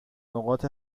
نقاط